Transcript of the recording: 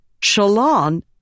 Shalon